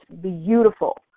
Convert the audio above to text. beautiful